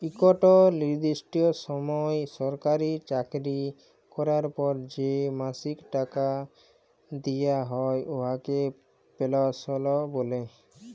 ইকট লিরদিষ্ট সময় সরকারি চাকরি ক্যরার পর যে মাসিক টাকা দিয়া হ্যয় উয়াকে পেলসল্ ব্যলে